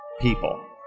people